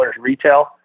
retail